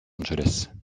angeles